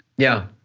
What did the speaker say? yeah,